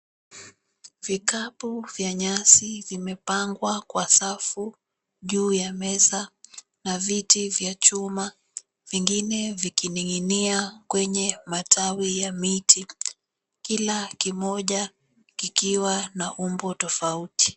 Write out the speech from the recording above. Vikapu vya nyasi vimepangwa kwa safu juu ya meza na viti vya chuma vyengine vikining'inia kwenye matawi ya miti kila kimoja kikiwa na umbo tofauti.